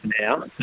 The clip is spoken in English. now